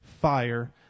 fire